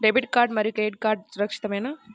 Debit card మరియు credit card సురక్షితమేనా?